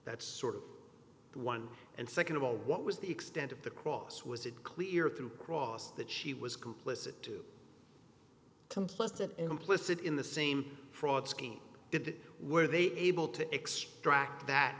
that sort of one and second of all what was the extent of the cross was it clear through cross that she was complicit to complicit implicit in the same fraud scheme did were they able to extract that